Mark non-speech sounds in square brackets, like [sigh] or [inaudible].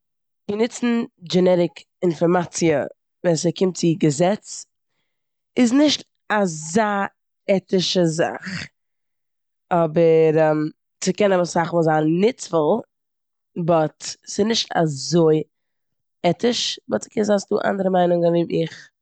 צו נוצן גענעטיק אינפארמאציע ווען ס'קומט צו געזעץ איז נישט אזא עטישע זאך. אבער [hesitation] ס'קען אסאך מאל זיין נוצפול באט ס'נישט אזוי עטיש באט ס'קען זיין ס'דא אנדערע מיינונגען ווי מיך.